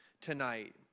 tonight